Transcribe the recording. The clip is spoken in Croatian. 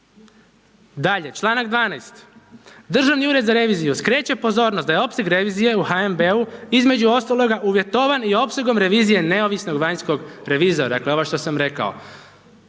Dakle, članak 12. Državni ured za reviziju skreće pozornost da je opseg revizije u HNB-u između ostaloga uvjetovan i opsegom revizije neovisnog vanjskog revizora, dakle ovo što sam rekao.